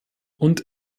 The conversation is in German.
und